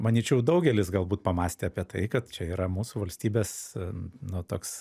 manyčiau daugelis galbūt pamąstė apie tai kad čia yra mūsų valstybės nu toks